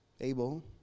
Abel